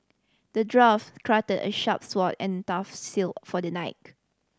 the dwarf crafted a sharp sword and a tough shield for the knight